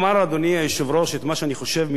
את מה שאני חושב מזה שנים ולא מהיום,